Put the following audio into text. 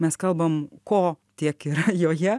mes kalbam ko tiek yra joje